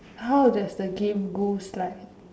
how does the game goes like